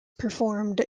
performed